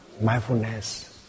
mindfulness